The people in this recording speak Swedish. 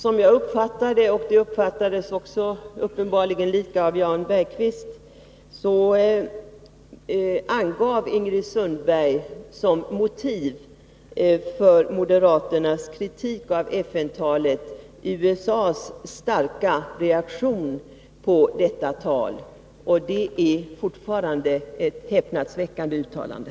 Herr talman! Som jag — och uppenbarligen också Jan Bergqvist — uppfattar detta, angav Ingrid Sundberg som motiv för moderaternas kritik av FN-talet USA:s starka reaktion på detta tal. Det är fortfarande ett häpnadsväckande uttalande.